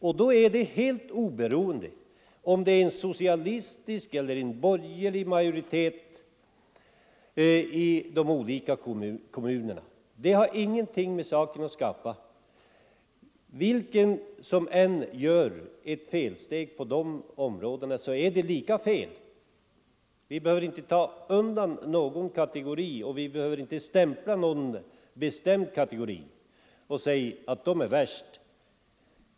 Och om det då är socialistisk eller borgerlig majoritet i de olika kommunerna har ingenting med saken att skaffa. Vilken som än gör ett felsteg, så är det lika fel. Vi behöver inte ta undan någon kategori, och vi behöver inte stämpla någon bestämd kategori och säga att den är värst.